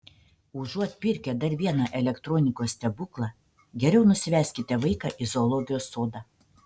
užuot pirkę dar vieną elektronikos stebuklą geriau nusiveskite vaiką į zoologijos sodą